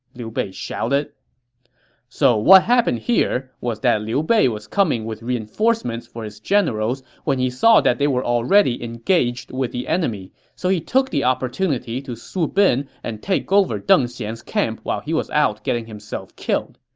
liu bei shouted so what happened here was that liu bei was coming with reinforcement for his generals when he saw that they were already engaged with the enemy. so he took the opportunity to swoop in and take over deng xian's camp while he was out getting himself killed.